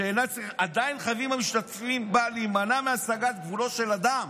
עדיין חייבים המשתתפים בה להימנע מהסגת גבולות של אדם